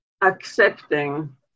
accepting